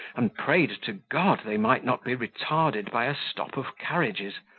and prayed to god they might not be retarded by a stop of carriages.